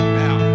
now